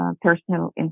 personal